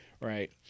right